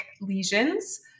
lesions